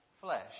flesh